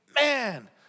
Man